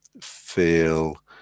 feel